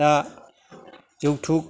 दा जौथुक